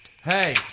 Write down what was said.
Hey